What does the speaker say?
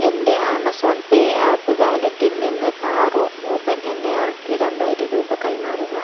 എൻ്റെ Amazon pay app വാലറ്റിൽ നിന്ന് പാറു മൂപ്പൻ എന്നയാൾക്ക് രണ്ടായിരം രൂപ കൈമാറുക